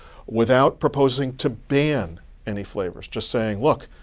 without proposing to ban any flavors. just saying, look,